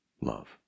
love